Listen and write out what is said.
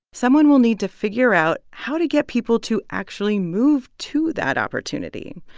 someone will need to figure out how to get people to actually move to that opportunity.